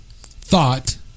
thought